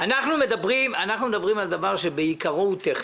מדברים על דבר שבעיקרון הוא טכני.